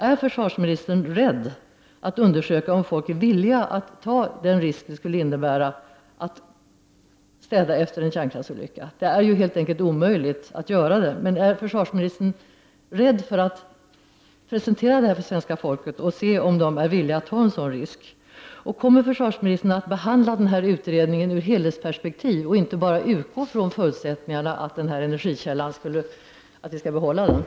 Är försvarsministern rädd för att undersöka om människor är villiga att ta den risk det skulle innebära att städa efter en kärnkraftsolycka? Det är helt enkelt omöjligt att göra detta. Är försvarsministern rädd för att presentera detta för det svenska folket och se om det är villigt att ta en sådan risk? Kommer försvarsministern att behandla denna utredning i ett helhetsperspektiv och inte bara utgå från förutsättningen att vi skall behålla denna energikälla?